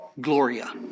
gloria